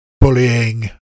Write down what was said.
bullying